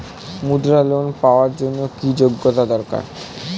মুদ্রা লোন পাওয়ার জন্য কি যোগ্যতা দরকার?